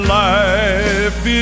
life